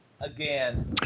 Again